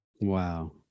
Wow